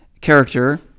character